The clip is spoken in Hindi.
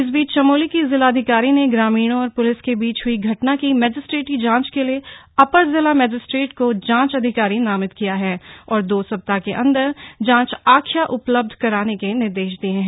इस बीच चमोली की जिलाधिकारी ने ग्रामीणों और प्लिस के बीच हई घटना की मजिस्ट्रेटी जांच के लिए अपर जिला मजिस्ट्रेट को जांच अधिकारी नामित किया है और दो सप्ताह के अंदर जांच आख्या उपलब्ध कराने के निर्देश दिये हैं